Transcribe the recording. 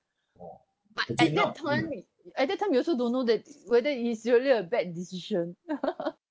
uh at that time at that time you also don't know that whether it's really a bad decision